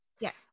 yes